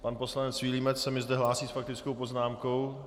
Pan poslanec Vilímec se mi zde hlásí s faktickou poznámkou?